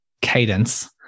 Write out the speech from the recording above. cadence